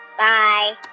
bye